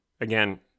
Again